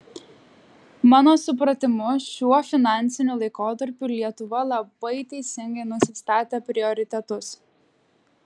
mano supratimu šiuo finansiniu laikotarpiu lietuva labai teisingai nusistatė prioritetus